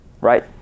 Right